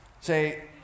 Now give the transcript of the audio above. Say